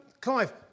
Clive